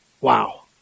Wow